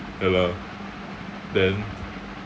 ya lah then